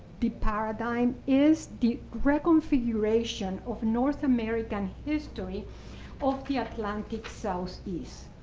the paradigm is the reconfiguration of north american history of the atlantic southeast.